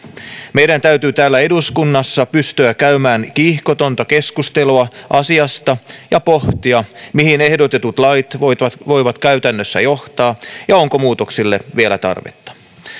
meidän täytyy täällä eduskunnassa pystyä käymään kiihkotonta keskustelua asiasta ja pohtia mihin ehdotetut lait voivat voivat käytännössä johtaa ja onko muutoksille vielä tarvetta